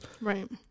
Right